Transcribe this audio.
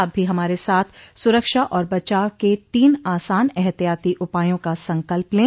आप भी हमारे साथ सुरक्षा और बचाव के तीन आसान एहतियाती उपायों का संकल्प लें